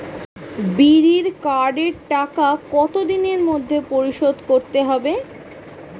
বিড়ির কার্ডের টাকা কত দিনের মধ্যে পরিশোধ করতে হবে?